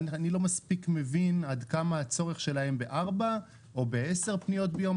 אני לא מספיק מבין עד כמה הצורך שלהם בארבע או ב-10 פניות ביום.